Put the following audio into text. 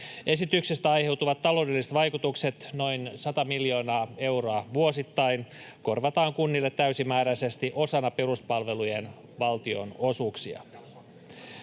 Esityksestä aiheutuvat taloudelliset vaikutukset, noin 100 miljoonaa euroa vuosittain, korvataan kunnille täysimääräisesti osana peruspalvelujen valtionosuuksia.